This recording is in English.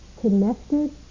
connected